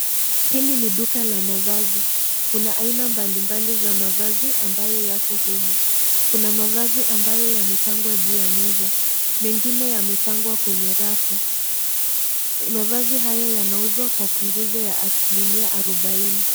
Hili ni duka la mavazi. Kuna aina mbalimbali za mavazi ambayo yako humu. Kuna mavazi ambayo yamepangwa juu ya meza. Mengine yamepangwa kwenye rafu . Mavazi haya yanauzwa kwa punguzo ya asilimia arobaine.